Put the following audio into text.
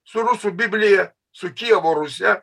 su rusų biblija su kijevo rusia